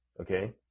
okay